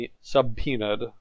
subpoenaed